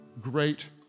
great